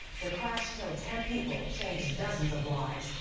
the crash killed ten people, changed dozens of lives.